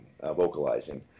vocalizing